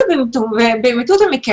אנא בטובכם,